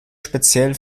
speziell